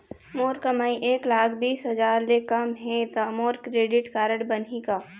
मोर कमाई एक लाख बीस हजार ले कम हे त मोर क्रेडिट कारड बनही का?